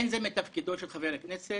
אין זה מתפקידו של חבר הכנסת